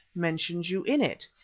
mentions you in it.